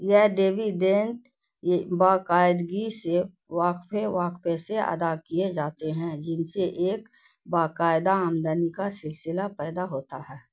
یہ ڈیویڈینڈ باقاعدگی سے واقفے واقفے سے ادا کیے جاتے ہیں جن سے ایک باقاعدہ آمدنی کا سلسلہ پیدا ہوتا ہے